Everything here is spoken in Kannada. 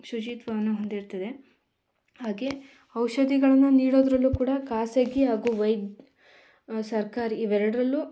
ಶುಚಿತ್ವವನ್ನು ಹೊಂದಿರ್ತದೆ ಹಾಗೆ ಔಷಧಿಗಳನ್ನ ನೀಡೋದ್ರಲ್ಲೂ ಕೂಡ ಖಾಸಗಿ ಹಾಗೂ ವೈದ್ ಸರ್ಕಾರಿ ಇವೆರಡರಲ್ಲೂ